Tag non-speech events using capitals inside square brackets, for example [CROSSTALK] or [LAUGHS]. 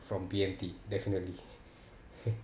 from B_M_T definitely [LAUGHS]